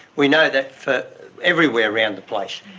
we know that for everywhere around the place.